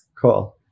cool